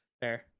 Fair